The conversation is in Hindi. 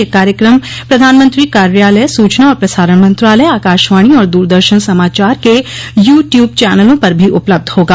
यह कार्यक्रम प्रधानमंत्री कार्यालय सूचना और प्रसारण मंत्रालय आकाशवाणी और दूरदर्शन समाचार के यू ट्यूब चैनलों पर भी उपलब्ध होगा